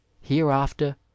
hereafter